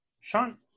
Sean